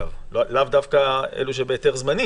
לאו דווקא אלה שבהיתר זמני